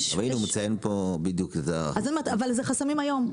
הוא מציין פה בדיוק --- אבל זה חסמים היום,